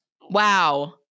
Wow